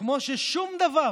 כמו ששום דבר